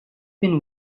been